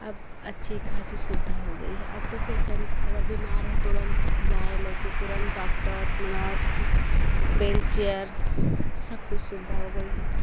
अब अच्छी खासी सुविधा हो गई है अब तो पेसेंट अगर बीमार है तुरंत जाए लेके तुरंत डॉक्टर नर्स व्हील चेयर्स सब कुछ सुविधा हो गई है